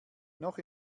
noch